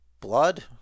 blood